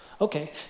okay